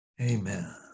Amen